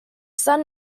son